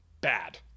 bad